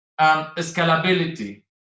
scalability